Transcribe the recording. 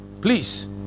please